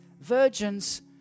virgins